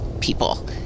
people